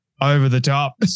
over-the-top